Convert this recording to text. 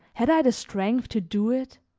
had i the strength to do it?